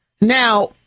Now